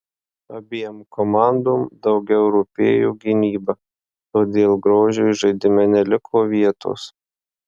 abiem komandom daugiau rūpėjo gynyba todėl grožiui žaidime neliko vietos